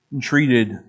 treated